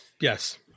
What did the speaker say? Yes